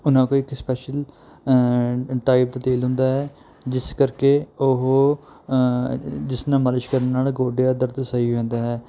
ਉਹਨਾਂ ਕੋਲ ਇੱਕ ਸਪੈਸ਼ਲ ਟਾਈਪ ਦਾ ਤੇਲ ਹੁੰਦਾ ਹੈ ਜਿਸ ਕਰਕੇ ਉਹ ਜਿਸ ਨਾਲ ਮਾਲਿਸ਼ ਕਰਨ ਨਾਲ ਗੋਡੇ ਦਾ ਦਰਦ ਸਹੀ ਹੋ ਜਾਂਦਾ ਹੈ